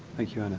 thank you, anna.